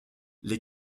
les